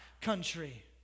country